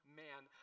man